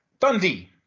Dundee